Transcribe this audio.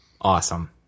awesome